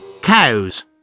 Cows